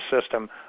system